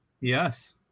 Yes